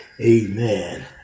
Amen